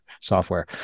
software